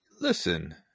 listen